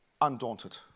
Undaunted